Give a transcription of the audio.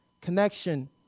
connection